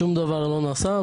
שום דבר לא נעשה,